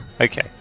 Okay